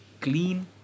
Clean